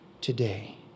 today